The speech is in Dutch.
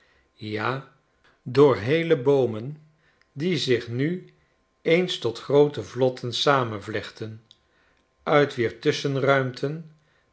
ja door heele boomen die zich nu eens tot groote vlotten samenvlechten uit wier tusschenruimten